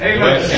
Amen